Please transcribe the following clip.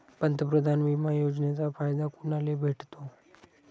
पंतप्रधान बिमा योजनेचा फायदा कुनाले भेटतो?